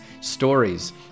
stories